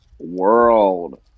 world